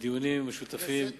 בדיונים משותפים.